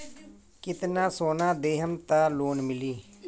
कितना सोना देहम त लोन मिली?